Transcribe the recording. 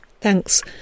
Thanks